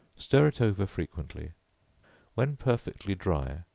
stir it over frequently when perfectly dry,